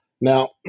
Now